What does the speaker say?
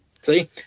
See